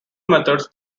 methods